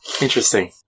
interesting